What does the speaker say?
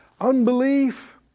unbelief